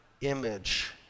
image